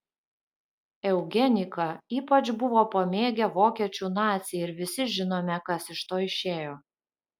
eugeniką ypač buvo pamėgę vokiečių naciai ir visi žinome kas iš to išėjo